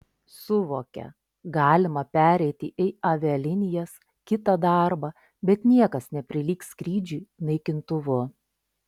suvokia galima pereiti į avialinijas kitą darbą bet niekas neprilygs skrydžiui naikintuvu